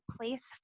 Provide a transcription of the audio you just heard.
place